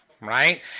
right